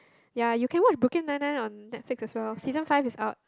ya you can watch Brooklyn Nine Nine on Netflix as well season five is out